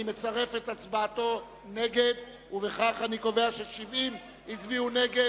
אני מצרף את הצבעתו נגד וקובע ש-70 הצביעו נגד.